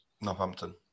Northampton